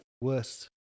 worst